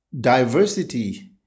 diversity